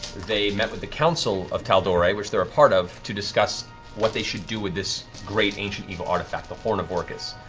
they met with the council of tal'dorei, which they're a part of, to discuss what they should do with this great, ancient, evil artifact, the horn of orcus.